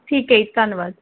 ਠੀਕ ਹੈ ਜੀ ਧੰਨਵਾਦ